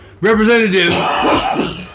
representative